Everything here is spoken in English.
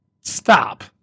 stop